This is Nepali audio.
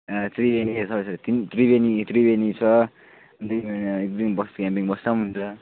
त्रिवेणीहरू तिन त्रिवेणी त्रिवेणी छ त्यो भएन ग्रिन बस्ती हामी बस्दा पनि हुन्छ